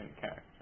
character